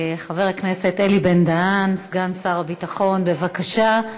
חבר הכנסת אלי בן-דהן, סגן שר הביטחון, בבקשה.